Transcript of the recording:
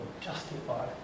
justify